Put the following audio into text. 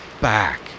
Back